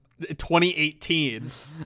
2018